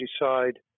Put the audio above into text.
decide